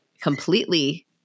completely